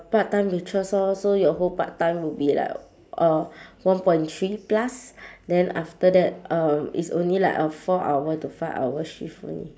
part time waitress orh so your whole part time will be like uh one point three plus then after that um it's only like a four hour to five hour shift only